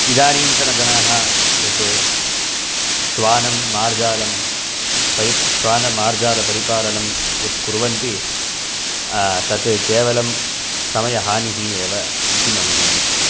इदानीन्तन जनाः यत् श्वानं मार्जालं पै श्वानमार्जालपरिपालनं यत् कुर्वन्ति तत् केवलं समयहानिः एव इति मम मनीषा